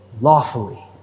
Lawfully